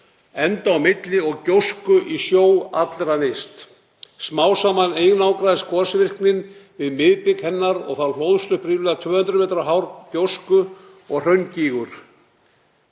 enda á milli og gjósku í sjó allra nyrst. Smám saman einangraðist gosvirknin við miðbik hennar og þar hlóðst upp ríflega 200 m hár gjósku- og hraungígur,